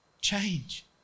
Change